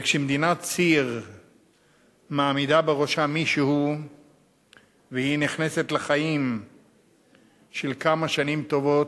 כשמדינת ציר מעמידה בראשה מישהו והיא נכנסת לחיים לכמה שנים טובות,